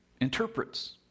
interprets